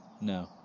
No